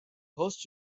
post